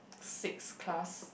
six class